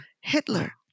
Hitler